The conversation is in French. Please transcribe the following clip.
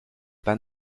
pas